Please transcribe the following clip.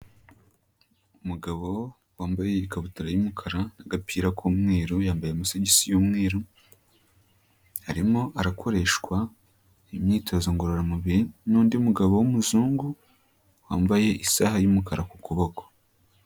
Umugabo wambaye ikabutura y'umukara n'agapira k'umweru, yambaye amasogisi y'umweru, arimo arakoreshwa imyitozo ngororamubiri n'undi mugabo w'umuzungu, wambaye isaha y'umukara ku kuboko.